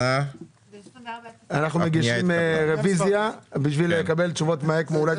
מגישים רביזיה כדי לקבל תשובות לגבי האקמו.